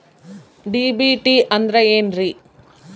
DBT ಅಂದ್ರ ಏನ್ರಿ?